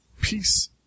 Peace